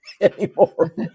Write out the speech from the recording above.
anymore